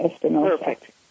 Perfect